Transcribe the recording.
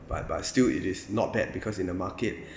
but but still it is not bad because in the market